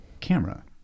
camera